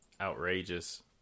outrageous